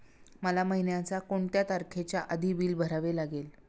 मला महिन्याचा कोणत्या तारखेच्या आधी बिल भरावे लागेल?